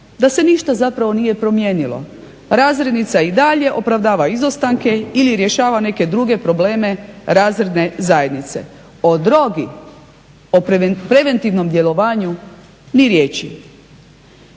da se ništa zapravo nije promijenilo. Razrednica i dalje opravdava izostanke ili rješava neke druge probleme razredne zajednice. O drogi, o preventivnom djelovanju ni riječi.